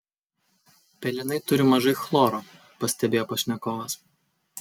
pelenai turi mažai chloro pastebėjo pašnekovas